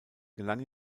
gelang